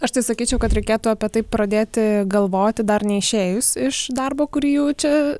aš tai sakyčiau kad reikėtų apie tai pradėti galvoti dar neišėjus iš darbo kurį jau čia